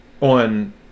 on